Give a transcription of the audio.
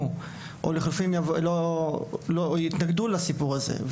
עדיין קיימת; שהם יתנגדו לסיפור הזה,